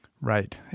Right